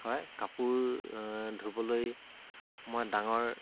হয় কাপোৰ ধুবলৈ মই ডাঙৰ